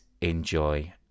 enjoy